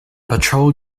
patrol